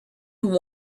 who